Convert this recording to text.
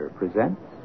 presents